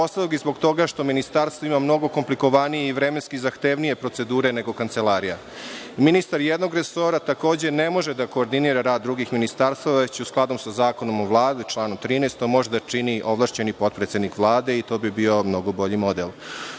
ostalog i zbog toga što ministarstvo ima mnogo komplikovanije i vremenski zahtevnije procedure nego kancelarija. Ministar jednog resora takođe ne može da koordinira rad drugih ministarstava, već u skladu sa Zakonom o Vladi članom 13, to može da čini ovlašćeni potpredsednik Vlade i to bi bio mnogo bolji